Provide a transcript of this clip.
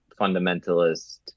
fundamentalist